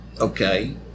okay